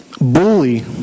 bully